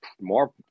more